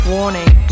Warning